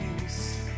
peace